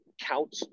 count